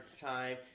time